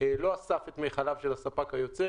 לא אסף את מכליו של הספק היוצא,